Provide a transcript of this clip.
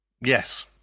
Yes